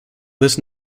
this